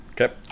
okay